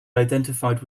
identified